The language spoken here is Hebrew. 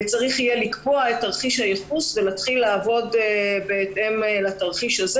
צריך יהיה לקבוע את תרחיש הייחוס ולהתחיל לעבוד בהתאם לתרחיש הזה.